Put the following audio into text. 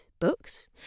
books